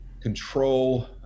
control